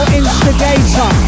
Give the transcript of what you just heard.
instigator